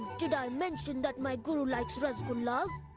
did i mention that my guru likes rasagollas?